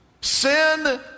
Sin